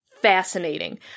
fascinating